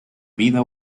vida